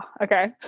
okay